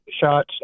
shots